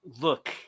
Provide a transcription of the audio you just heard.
Look